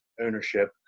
ownership